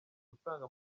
gutanga